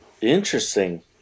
Interesting